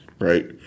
right